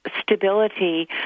stability